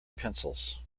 pencils